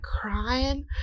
crying